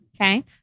Okay